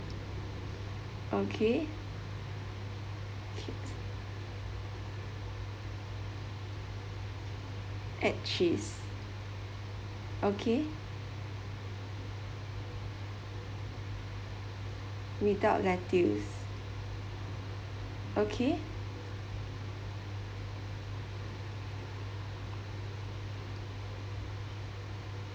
okay add cheese okay without lettuce okay